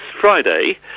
Friday